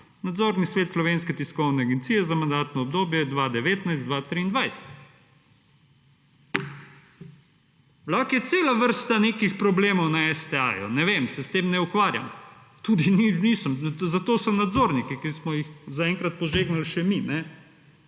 Nadzorni svet Slovenske tiskovne agencije za mandatno obdobje 2019-2023. Vlak je cela vrsta nekih problemov na STA-ju. Ne vem, jaz se s tem ne ukvarjam, tudi nisem, zato so nadzorniki, ki smo jih zaenkrat požegnali še mi.